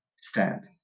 Stand